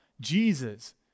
jesus